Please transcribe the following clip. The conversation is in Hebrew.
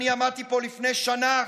אני עמדתי פה לפני שנה,